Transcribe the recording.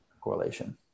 correlation